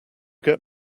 get